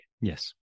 Yes